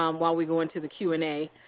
um while we go into the q and a.